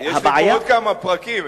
יש לי פה עוד כמה פרקים,